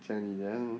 讲你怎样